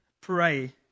pray